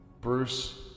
Bruce